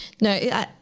no